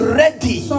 ready